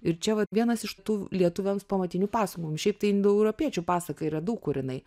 ir čia vat vienas iš tų lietuviams pamatinių pasakojimų šiaip tai indoeuropiečių pasaka yra daug kur jinai